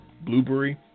Blueberry